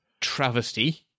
travesty